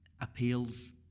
appeals